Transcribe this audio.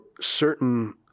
certain